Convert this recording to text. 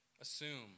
assume